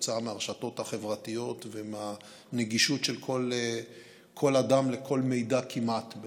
כתוצאה מהרשתות החברתיות ומהנגישות של כל מידע כמעט לכל אדם,